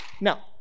Now